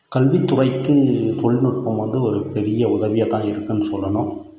கல்வி துறைக்கு தொழில்நுட்பம் வந்து ஒரு பெரிய உதவியாக தான் இருக்குன்னு சொல்லணும்